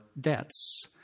debts